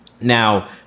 Now